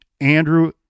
Andrew